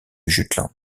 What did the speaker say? jutland